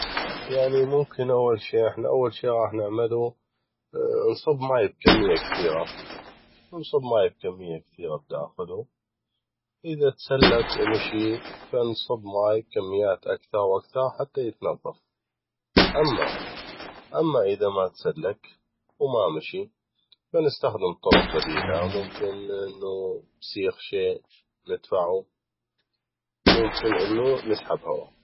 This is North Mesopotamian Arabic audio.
يعني ممكن اول شي احنا أول شي غاح نعملو نصب ماي بكميه كثيغ نصب ماي بكميات كبيغه بينو اذا تسلك ومشي ف نصب ماي بكميات اكثغ واكثغ حته يتنظف اما اذا ما تسلك وما مشي ف نستخدم طرق بديله ممكن بسيخ او شي ندفعو ممكن انو نسحب هوا